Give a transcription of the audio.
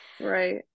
right